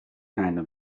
kinda